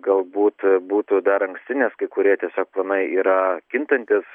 galbūt būtų dar anksti nes kai kurie tiesiog planai yra kintantys